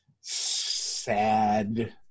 sad